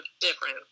different